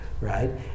right